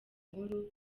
nkuru